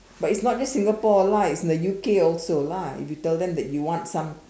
but it's not just Singapore lah it's in the U_K also lah if you tell them that you want some